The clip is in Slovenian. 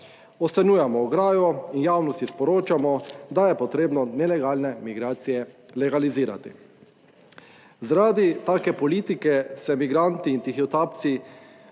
Odstranjujemo ograjo in javnosti sporočamo, da je potrebno nelegalne migracije legalizirati, zaradi take politike se migranti in tihotapci